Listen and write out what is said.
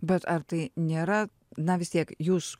bet ar tai nėra na vis tiek jūs